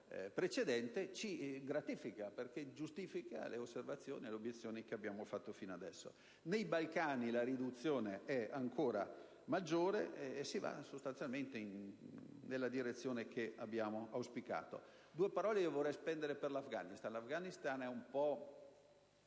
precedente ci gratifica, perché giustifica le osservazioni e le obiezioni che abbiamo fatto fino adesso. Nei Balcani la riduzione è ancora maggiore: si va sostanzialmente nella direzione che abbiamo auspicato. Vorrei spendere infine due parole sull'Afghanistan. L'Afghanistan è una